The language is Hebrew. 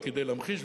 רק כדי להמחיש,